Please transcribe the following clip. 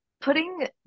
putting